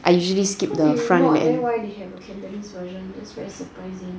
I usually skip the front they have a cantonese version that's why surprising